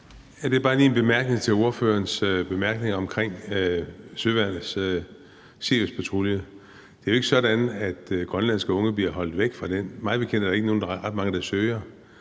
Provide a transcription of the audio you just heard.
Det er bare lige en bemærkning til ordførerens bemærkninger om søværnets Siriuspatrulje. Det er jo ikke sådan, at grønlandske unge bliver holdt væk fra den. Mig bekendt er der ikke ret mange, der søger,